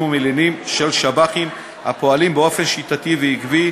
ומלינים של שב"חים הפועלים באופן שיטתי ועקבי,